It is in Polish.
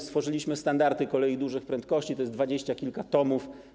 Stworzyliśmy standardy kolei dużych prędkości, to jest dwadzieścia kilka tomów.